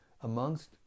amongst